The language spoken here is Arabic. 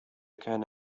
كان